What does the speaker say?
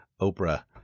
Oprah